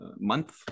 month